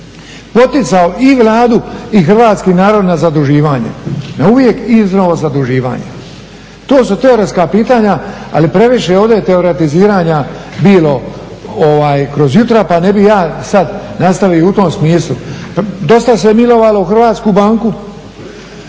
poticao i Vladu i hrvatski narod na zaduživanje, na uvijek iznova zaduživanje? To su teoretska pitanja ali previše je ovdje teoretiziranja bilo kroz jutro pa ne bih ja sad nastavio u tom smislu. Dosta se milovalo HNB, ne